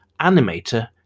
animator